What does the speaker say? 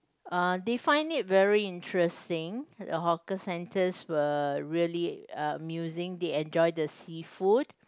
uh they find it very interesting the hawker centres were really err musing they enjoyed the seafood